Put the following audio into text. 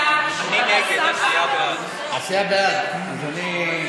שלוש דקות, אדוני,